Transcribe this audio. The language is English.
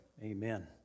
amen